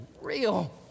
real